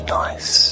nice